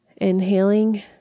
Inhaling